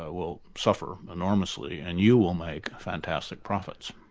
ah will suffer enormously and you will make fantastic profits.